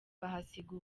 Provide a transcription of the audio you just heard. bahasiga